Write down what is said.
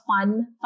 fun